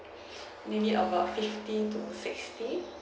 nearly over fifty to sixty